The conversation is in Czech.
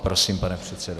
Prosím, pane předsedo.